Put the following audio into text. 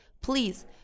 please